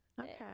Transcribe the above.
okay